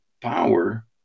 power